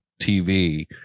TV